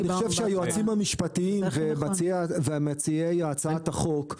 ואני חושב שהיועצים המשפטיים ומציעי הצעת החוק,